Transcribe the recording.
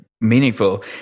meaningful